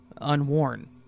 unworn